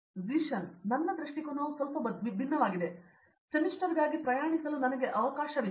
ಝೀಶನ್ ನನ್ನ ದೃಷ್ಟಿಕೋನವು ಸ್ವಲ್ಪ ಭಿನ್ನವಾಗಿದೆ ಸೆಮಿಸ್ಟರ್ಗಾಗಿ ಪ್ರಯಾಣಿಸಲು ನನಗೆ ಅವಕಾಶವಿದೆ